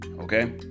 okay